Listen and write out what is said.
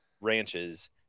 ranches